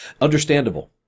Understandable